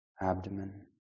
abdomen